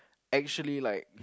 actually like